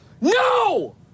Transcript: no